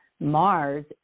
Mars